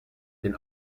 den